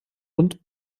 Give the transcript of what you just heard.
und